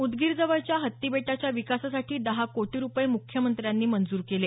उदगीर जवळच्या हत्तीबेटाच्या विकासासाठी दहा कोटी रुपये मुख्यमंत्र्यांनी मंजूर केले